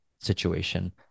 situation